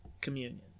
communion